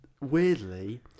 weirdly